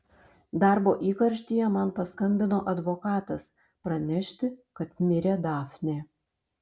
darbo įkarštyje man paskambino advokatas pranešti kad mirė dafnė